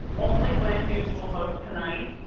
only land useful vote tonight,